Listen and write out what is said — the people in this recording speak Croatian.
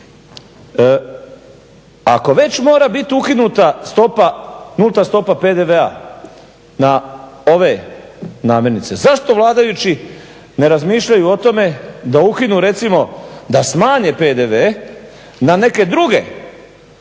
Ako već mora biti ukinuta nulta stopa PDV-a na ove namirnice zašto vladajući ne razmišljaju o tome da ukinu recimo, da smanje PDV na neke druge